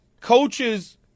Coaches